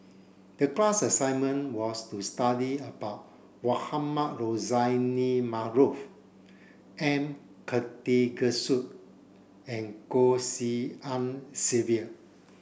the class assignment was to study about Mohamed Rozani Maarof M Karthigesu and Goh Tshin En Sylvia